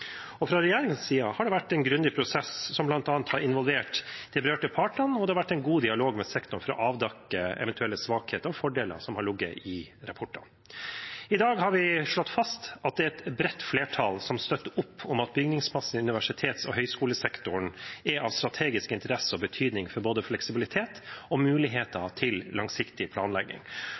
Og fra regjeringens side har det vært en grundig prosess, som bl.a. har involvert de berørte partene, og det har vært en god dialog med sektoren for å avdekke eventuelle svakheter og fordeler som har ligget i rapportene. I dag har vi slått fast at det er et bredt flertall som støtter opp om at bygningsmassen i universitets- og høyskolesektoren er av strategisk interesse og betydning for både fleksibilitet og mulighet til langsiktig planlegging.